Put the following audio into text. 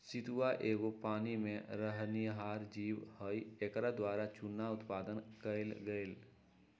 सितुआ एगो पानी में रहनिहार जीव हइ एकरा द्वारा चुन्ना उत्पादन कएल गेल